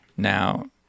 Now